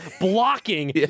blocking